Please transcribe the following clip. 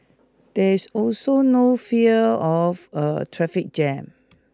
there's also no fear of a traffic jam